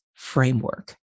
framework